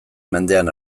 mendean